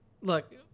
look